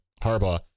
Harbaugh